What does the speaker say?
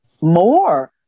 more